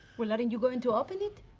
well, aren't you going to open it?